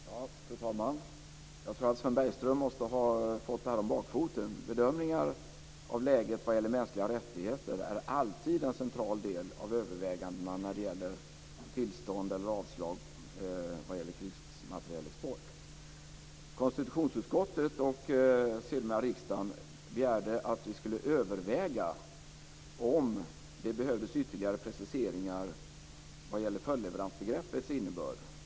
Fru talman! Jag tror att Sven Bergström måste ha fått det här om bakfoten. Bedömningar av läget vad gäller mänskliga rättigheter är alltid en central del av övervägandena när det är fråga om tillstånd eller avslag i samband med krigsmaterielexport. Konstitutionsutskottet och sedermera riksdagen begärde att vi skulle överväga om det behövdes ytterligare preciseringar vad gäller följdleveransbegreppets innebörd.